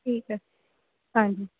ਠੀਕ ਹੈ ਹਾਂਜੀ